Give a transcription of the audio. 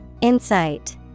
Insight